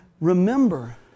Remember